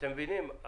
אתם מבינים?